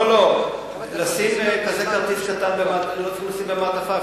כזה כרטיס קטן לא צריכים לשים במעטפה,